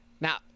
Now